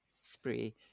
spray